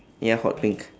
ya hot pink